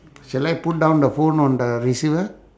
shall I put down the phone on the receiver